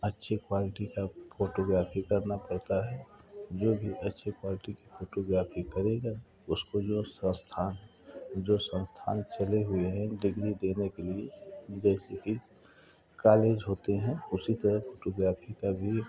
अच्छी क्वालिटी का फोटोग्राफी करना पड़ता है जो भी अच्छे क्वालिटी का फोटोग्राफी करेगा उसको जो संस्थान है जो संस्थान चले हुए हैं डिग्री देने के लिए जैसे कि कालेज होते हैं उसी तरह फोटोग्राफी का भी